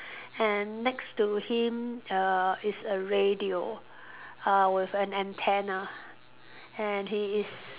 and next to him uh is a radio uh with an antenna and he is